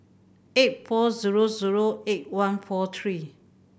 eight four zero zero eight one four three